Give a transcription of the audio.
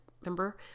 remember